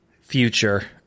future